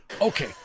Okay